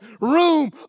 room